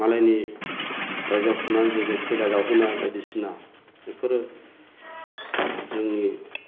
मालायनि राज्योआव थांनानै जेरै खैला जावहैनाय बायदिसिना बेफोरो जोंनि